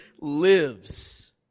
lives